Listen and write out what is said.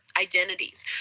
identities